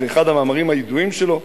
זה אחד המאמרים הידועים שלו.